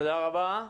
תודה רבה.